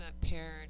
paired